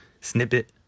Snippet